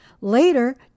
Later